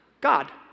God